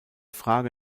frage